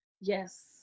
Yes